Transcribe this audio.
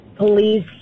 police